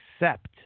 accept